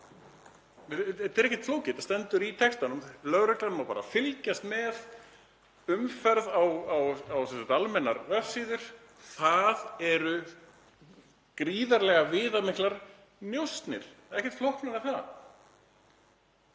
Þetta er ekkert flókið, það bara stendur í textanum. Lögreglan má fylgjast með umferð á almennum vefsíðum. Það eru gríðarlega viðamiklar njósnir, ekkert flóknara en það.